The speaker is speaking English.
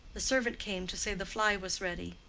the servant came to say the fly was ready.